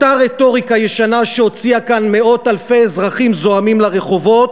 אותה רטוריקה ישנה שהוציאה פה מאות אלפי אזרחים זועמים לרחובות,